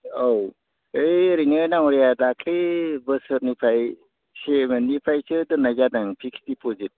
औ ओइ ओरैनो दाङ'रिया दाख्लि बोसोरनिफ्राय सेमोननिफ्रायसो दोननाय जादों फिक्स्ड डिप'जिट